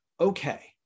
okay